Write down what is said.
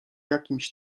jakimś